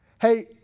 hey